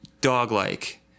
dog-like